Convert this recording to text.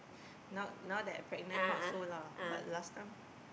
now now that I pregnant not so lah but last time